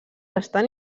estan